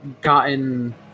gotten